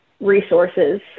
resources